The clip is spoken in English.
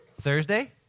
Thursday